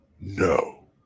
no